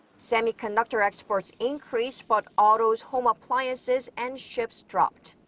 semiconductor exports increased but autos, home appliances and ships dropped.